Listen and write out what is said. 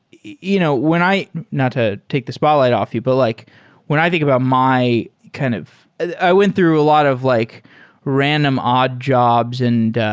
you know when i not to take the spotlight off you, but like when i think about my kind of i went through a lot of like random odd jobs. and